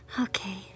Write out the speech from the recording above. Okay